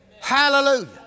Hallelujah